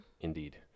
indeed